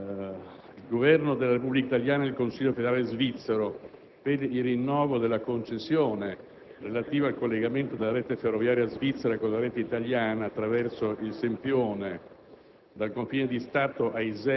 Convenzione tra il Governo della Repubblica italiana ed il Consiglio federale svizzero per il rinnovo della concessione